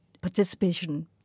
participation